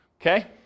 Okay